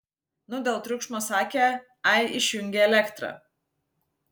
nu dėl triukšmo sakė ai išjungė elektrą